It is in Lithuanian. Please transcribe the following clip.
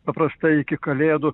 paprastai iki kalėdų